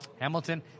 Hamilton